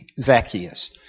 Zacchaeus